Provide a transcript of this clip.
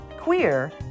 queer